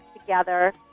together